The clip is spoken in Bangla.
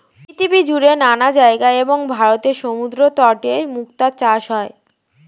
পৃথিবীজুড়ে নানা জায়গায় এবং ভারতের সমুদ্রতটে মুক্তার চাষ হয়